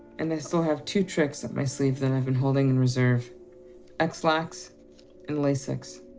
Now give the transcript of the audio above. and i still have two tricks up my sleeve that i've been holding in reserve ex-lax and lasix.